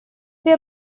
при